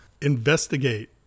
investigate